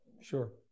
Sure